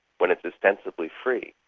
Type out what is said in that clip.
when it is ostensively free.